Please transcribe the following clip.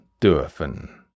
dürfen